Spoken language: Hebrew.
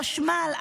חשמל,